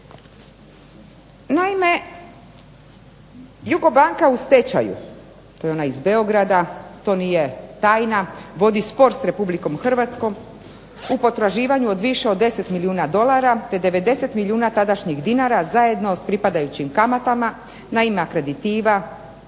Naime JUGOBANKA u stečaju, to je ona iz Beograda, to nije tajna vodi spor s RH u potraživanju od više od 10 milijuna dolara te 90 milijuna tadašnjih dinara zajedno s pripadajućim kamatama na ime akreditiva